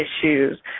issues